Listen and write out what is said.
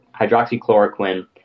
hydroxychloroquine